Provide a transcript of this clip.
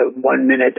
one-minute